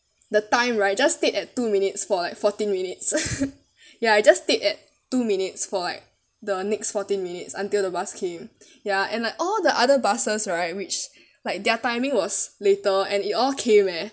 the time right just stayed at two minutes for like fourteen minutes ya it just stayed at two minutes for like the next fourteen minutes until the bus came ya and like all the other buses right which like their timing was later and it all came eh